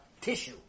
tissue